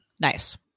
nice